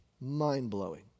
Mind-blowing